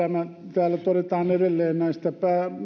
täällä todetaan edelleen näistä